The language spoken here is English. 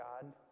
God